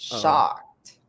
shocked